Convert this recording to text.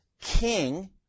king